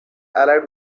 allied